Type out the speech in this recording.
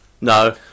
No